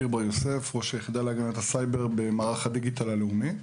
אני ראש היחידה להגנת הסייבר במערך הדיגיטל הלאומי.